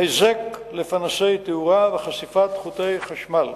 היזק לפנסי תאורה וחשיפת חוטי חשמל.